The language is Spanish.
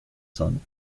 son